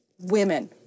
Women